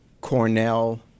Cornell